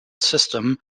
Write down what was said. system